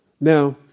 Now